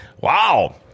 Wow